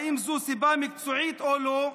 האם זו סיבה מקצועית או לא?